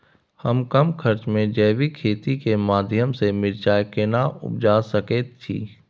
हम कम खर्च में जैविक खेती के माध्यम से मिर्चाय केना उपजा सकेत छी?